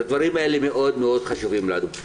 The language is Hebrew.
הדברים האלה מאוד מאוד חשובים לנו.